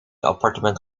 appartement